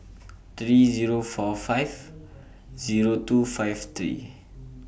three Zero four five Zero two five three